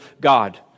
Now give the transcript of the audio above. God